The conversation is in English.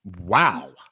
Wow